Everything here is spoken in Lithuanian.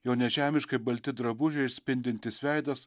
jo nežemiškai balti drabužiai ir spindintis veidas